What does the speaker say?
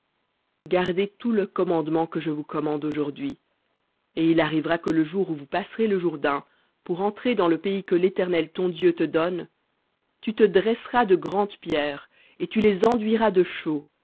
gardez tout le commandement que je vous commande aujourdhui et il arrivera que le jour où vous passerez le jourdain dans le pays que l'éternel ton dieu te donne tu te dresseras de grandes pierres et tu les enduiras de chaux